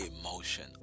emotion